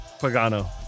Pagano